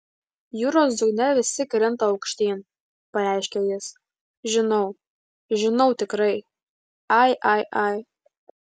jūros dugne visi krinta aukštyn pareiškė jis žinau žinau tikrai ai ai ai